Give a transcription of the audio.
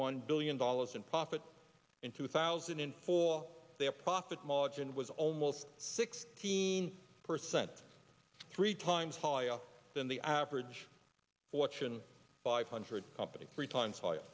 one billion dollars in profit in two thousand and four their profit margin was almost sixteen percent three times higher than the average fortune five hundred company three times